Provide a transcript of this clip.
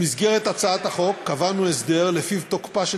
במסגרת הצעת החוק קבענו הסדר שלפיו תוקפה של